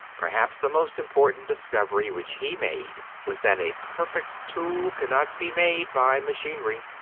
perhaps the most important discovery which he made was that a perfect tool cannot be made by machinery.